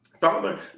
Father